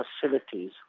facilities